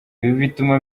bituma